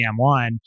M1